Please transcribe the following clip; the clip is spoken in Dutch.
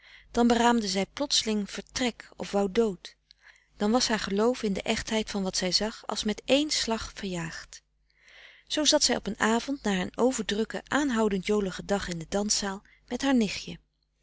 dan beraamde zij plotseling vertrek of wou dood dan was haar geloof in de echtheid van wat zij zag als met één slag verjaagd zoo zat zij op een avond na een overdrukken aanhoudend joligen dag in de danszaal met haar nichtje